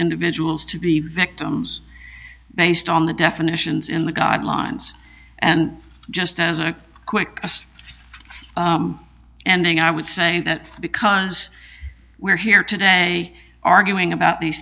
individuals to be victims based on the definitions in the guidelines and just as a quick ending i would say that because we're here today arguing